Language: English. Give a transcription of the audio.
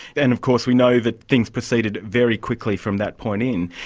and, of course, we know that things proceeded very quickly from that point in.